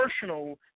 personal